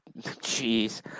jeez